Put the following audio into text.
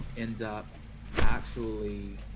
end up actually